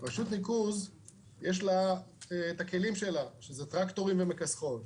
לרשות הניקוז יש את הכלים שלה כמו טרקטורים ומכסחות.